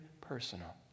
personal